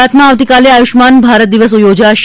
ગુજરાતમાં આવતીકાલે આયુષ્યમાન ભારત દિવસ યોજાશે